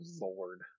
Lord